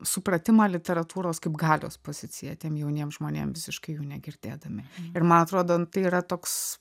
supratimą literatūros kaip galios poziciją tiem jauniem žmonėm visiškai jų negirdėdami ir man atrodo nu tai yra toks